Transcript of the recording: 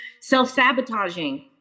self-sabotaging